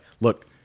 look